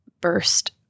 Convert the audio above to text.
burst